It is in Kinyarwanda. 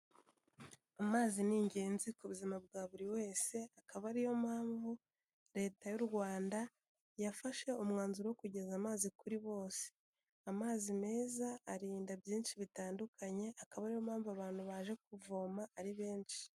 Amazi ni ingenzi ku buzima bwa buri wese, akaba ariyo mpamvu Leta y'u Rwanda yafashe umwanzuro wo kugeza amazi kuri bose. Amazi meza arinda byinshi bitandukanye, akaba ariyo mpamvu abantu baje kuvoma ari benshi.